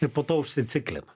ir po to užsiciklina